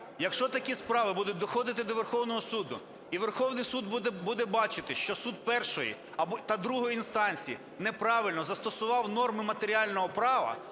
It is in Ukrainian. Якщо такі справи будуть доходити до Верховного Суду і Верховний Суд буде бачити, що суд першої та другої інстанцій неправильно застосував норму матеріального право,